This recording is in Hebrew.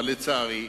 אבל לצערי,